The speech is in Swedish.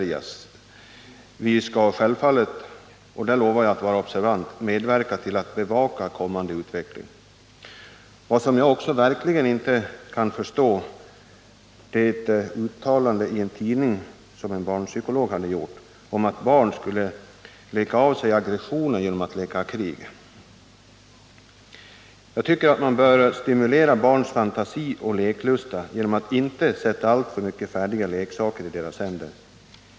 Vi skall självfallet — och där lovar jag att vara observant — medverka till att bevaka den kommande utvecklingen på det området. Något som jag verkligen inte kan förstå är vad som framfördes av en barnpsykolog i ett tidningsuttalande och som innebar att barn skulle leka av sig sina aggressioner genom att leka krig. Jag tycker att man bör stimulera barns fantasi och leklusta genom att inte sätta alltför många färdiga leksaker i deras händer.